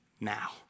now